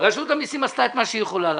רשות המסים עשתה את מה שהיא יכולה לעשות,